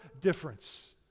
difference